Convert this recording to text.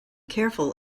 careful